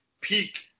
peak